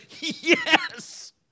yes